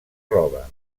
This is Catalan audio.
roba